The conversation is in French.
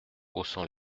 haussant